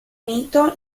unito